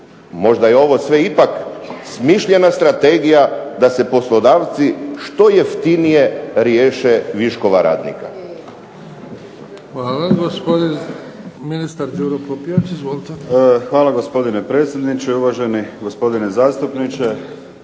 možda je ovo sve ipak smišljena strategija da se poslodavci što jeftinije riješe viška radnika. **Bebić, Luka (HDZ)** Hvala. Gospodin ministar